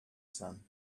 son